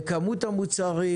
לכמות המוצרים